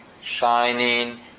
shining